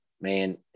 man